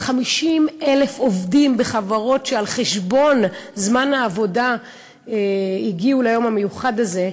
50,000 עובדים בחברות שעל חשבון זמן העבודה הגיעו ליום המיוחד הזה,